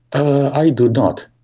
i do not.